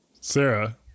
Sarah